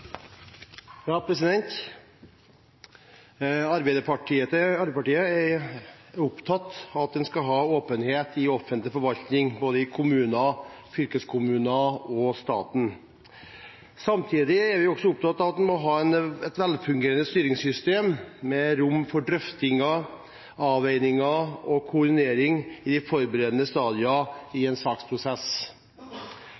opptatt av at en skal ha åpenhet i offentlig forvaltning, i både kommuner, fylkeskommuner og staten. Samtidig er vi opptatt av at en må ha et velfungerende styringssystem med rom for drøftinger, avveininger og koordinering i de forberedende stadiene i en saksprosess.